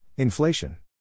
Inflation